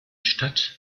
stadt